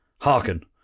Hearken